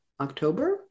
October